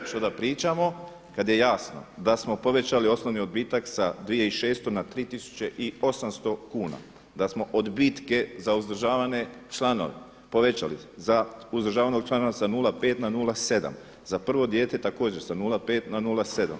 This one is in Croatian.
Što da pričamo kad je jasno da smo povećali osnovni odbitak sa 2600 na 3800 kuna, da smo odbitke za uzdržavane članove povećali za uzdržavanog člana sa 0,5 na 0,7, za prvo dijete također sa 0,5 na 0,7.